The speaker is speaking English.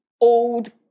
old